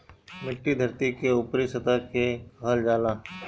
मिट्टी धरती के ऊपरी सतह के कहल जाला